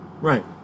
right